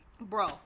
bro